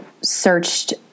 searched